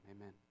amen